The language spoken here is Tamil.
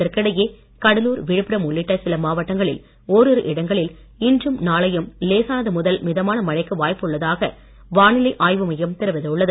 இதற்கிடையே கடலூர் விழுப்புரம் உள்ளிட்ட சில மாவட்டங்களில் ஓரிரு இடங்களில் இன்றும் நாளையும் லேசானது முதல் மிதமான மழைக்கு வாய்ப்புள்ளதாக வானிலை ஆய்வு மையம் தெரிவித்துள்ளது